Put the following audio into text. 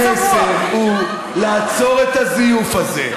המסר הוא לעצור את הזיוף הזה,